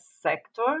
sector